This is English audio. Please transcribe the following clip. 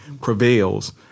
prevails